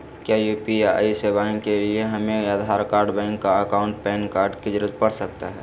क्या यू.पी.आई सेवाएं के लिए हमें Aadhaar card bank account PAN card की जरूरत पड़ सकता है?